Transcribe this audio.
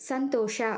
ಸಂತೋಷ